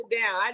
down